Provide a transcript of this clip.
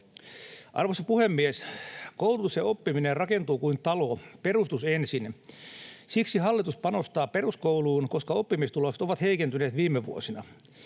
Arvoisa puhemies! Koulutus ja oppiminen rakentuu kuin talo: perustus ensin. Hallitus panostaa peruskouluun, koska oppimistulokset ovat heikentyneet viime vuosina.